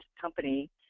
Company